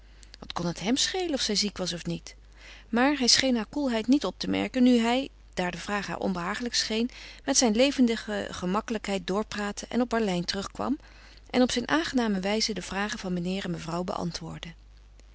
wat kon het hem schelen of zij ziek was of niet maar hij scheen haar koelheid niet op te merken nu hij daar de vraag haar onbehagelijk scheen met zijn levendige gemakkelijkheid doorpraatte en op berlijn terugkwam en op zijn aangename wijze de vragen van meneer en mevrouw beantwoordde